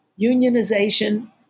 unionization